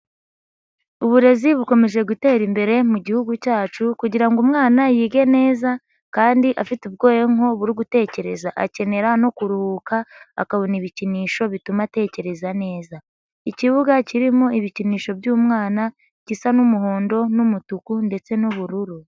Uburezi bukomeje gutera imbere mu Gihugu cyacu kugira ngo umwana yige neza kandi afite ubwonko bwo gutekereza akenera no kuruhuka akabona ibikinisho bituma atekereza neza. Ikibuga kirimo ibikinisho by'umwana gisa n'umuhondo n'umutuku ndetse n'ubururu.